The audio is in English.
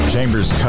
Chambers